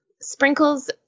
sprinkles